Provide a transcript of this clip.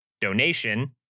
donation